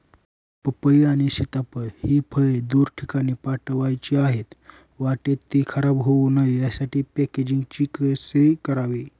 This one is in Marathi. पपई आणि सीताफळ हि फळे दूर ठिकाणी पाठवायची आहेत, वाटेत ति खराब होऊ नये यासाठी पॅकेजिंग कसे करावे?